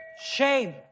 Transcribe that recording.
Shame